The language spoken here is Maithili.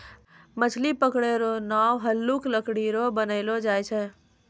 मछली पकड़ै रो नांव हल्लुक लकड़ी रो बनैलो जाय छै